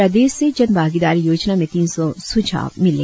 प्रदेश से जन भागीदारी योजना में तीन सौ सुझाव मिले